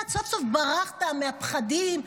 סוף-סוף ברחת מהפחדים,